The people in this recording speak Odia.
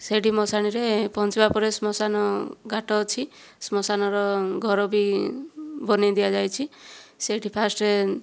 ସେଠି ମଶାଣିରେ ପହଞ୍ଚିବା ପରେ ଶ୍ମଶାନ ଘାଟ ଅଛି ଶ୍ମଶାନର ଘର ବି ବନେଇ ଦିଆଯାଇଛି ସେଠି ଫାଷ୍ଟରେ